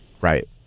Right